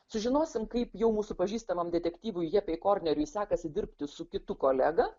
sužinosim kaip jau mūsų pažįstamam detektyvui jepei korneriui sekasi dirbti su kitu kolega